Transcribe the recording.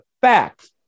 fact